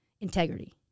integrity